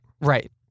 Right